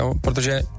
protože